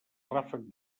ràfec